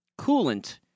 coolant